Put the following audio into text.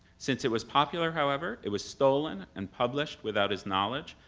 since it was popular, however, it was stolen and published without his knowledge,